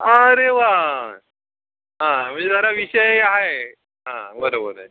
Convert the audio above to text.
अरे वा हा म्हणजे जरा विषय हा आहे हां बरोबर आहे